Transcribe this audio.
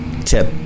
tip